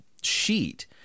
sheet